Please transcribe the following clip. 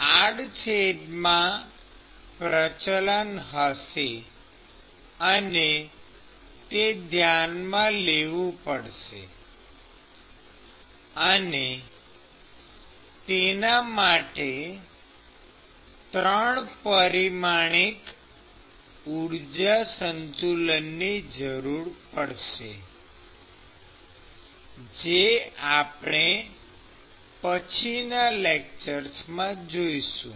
આડછેદમાં પ્રચલન હશે અને તે ધ્યાનમાં લેવું પડશે અને તેના માટે ત્રણ પરિમાણિક ઊર્જા સંતુલનની જરૂર પડશે જે આપણે પછીના લેક્ચર્સમાં જોઈશું